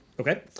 Okay